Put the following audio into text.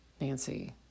Nancy